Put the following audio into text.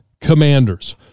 Commanders